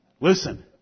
Listen